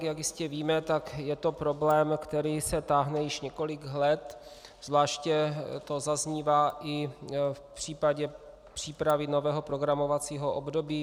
Jak jistě víme, tak je to problém, který se táhne již několik let, zvláště to zaznívá i v případě přípravy nového programovacího období.